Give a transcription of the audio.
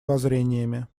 воззрениями